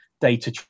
data